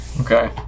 Okay